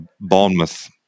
Bournemouth